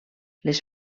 les